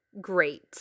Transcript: great